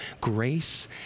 grace